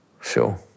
Sure